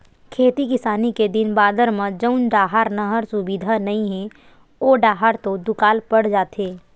खेती किसानी के दिन बादर म जउन डाहर नहर सुबिधा नइ हे ओ डाहर तो दुकाल पड़ जाथे